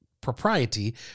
propriety